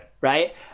Right